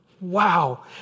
Wow